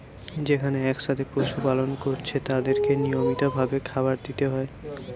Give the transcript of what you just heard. যেখানে একসাথে পশু পালন কোরছে তাদেরকে নিয়মিত ভাবে খাবার দিতে হয়